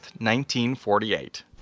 1948